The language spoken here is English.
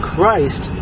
Christ